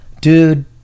dude